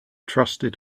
trusted